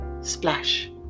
splash